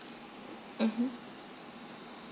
mmhmm